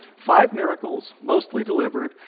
five miracles, mostly delivered,